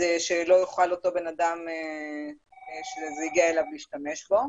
לא יוכל אותו בן אדם אליו זה הגיע להשתמש בו.